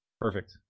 Perfect